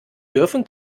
dürfen